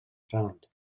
found